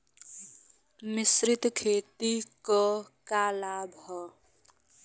मिश्रित खेती क का लाभ ह?